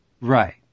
Right